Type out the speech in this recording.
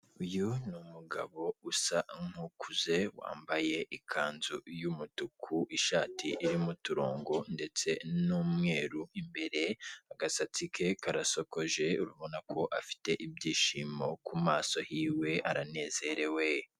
Uyu ni numugabo usa n'kukuze wambaye ikanzu y'umutuku ishati irimo uturongo, ndetse n'umweru imbere agasatsi ke karasokoje urabona ko afite ibyishimo ku maso hiwe aranezerewe.